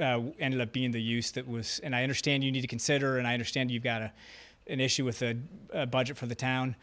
ended up being the use that was and i understand you need to consider and i understand you've got an issue with the budget for the town